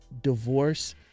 divorce